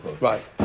right